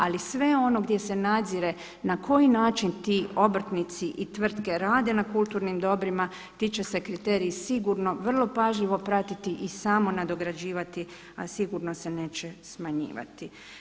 Ali sve ono gdje se nadzire na koji način ti obrtnici i tvrtke rade na kulturnim dobrima ti će se kriteriji sigurno vrlo pažljivo pratiti i samo nadograđivati, a sigurno se neće smanjivati.